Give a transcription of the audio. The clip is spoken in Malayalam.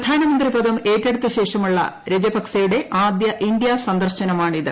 പ്രധാനമന്ത്രിപദം ഏറ്റെടുത്തശേഷമുള്ള രജപക്സെയുടെ ആദ്യ ഇന്ത്യാ സന്ദർശനമാണിത്